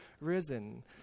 risen